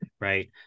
right